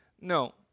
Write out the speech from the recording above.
No